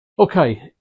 Okay